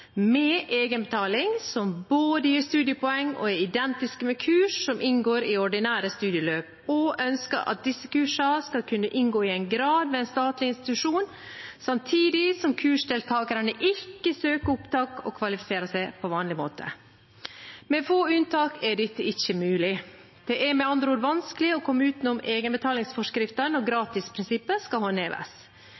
med egenbetaling som både gir studiepoeng og er identiske med kurs som inngår i ordinære studieløp, og ønsker at disse kursene skal kunne inngå i en grad ved en statlig institusjon, samtidig som kursdeltakerne ikke søker opptak og kvalifiserer seg på vanlig måte. Med få unntak er dette ikke mulig. Det er med andre ord vanskelig å komme utenom